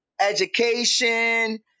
education